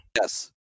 Yes